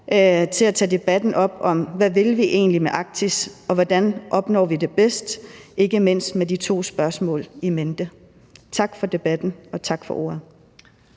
til at tage debatten op om, hvad vi egentlig vil med Arktis, og hvordan vi bedst opnår det, ikke mindst med de to spørgsmål in mente. Tak for debatten, og tak for ordet.